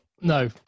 No